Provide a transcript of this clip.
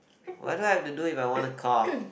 what do I have to do if I want a car